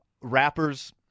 rappers